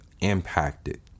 impacted